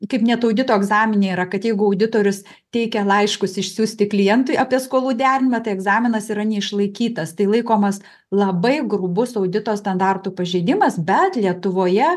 kaip net audito egzamine yra kad jeigu auditorius teikia laiškus išsiųsti klientui apie skolų dermę tai egzaminas yra neišlaikytas tai laikomas labai grubus audito standartų pažeidimas bet lietuvoje